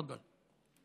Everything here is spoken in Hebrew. תפדל.